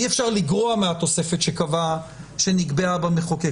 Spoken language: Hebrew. אי אפשר לגרוע מהתוספת שנקבעה במחוקק,